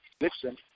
Nixon